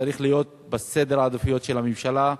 צריך להיות בסדר העדיפויות של הממשלה,